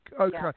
okay